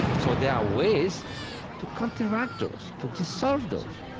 so there are ways to counteract those, to dissolve those.